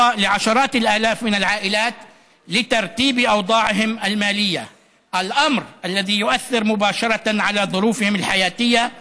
הזדמנות לעשרות אלפי משפחות להסדיר את ענייניהן הכספיים ובכך